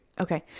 Okay